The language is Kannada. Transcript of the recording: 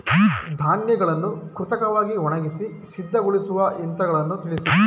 ಧಾನ್ಯಗಳನ್ನು ಕೃತಕವಾಗಿ ಒಣಗಿಸಿ ಸಿದ್ದಗೊಳಿಸುವ ಯಂತ್ರಗಳನ್ನು ತಿಳಿಸಿ?